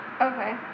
Okay